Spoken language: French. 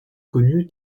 connues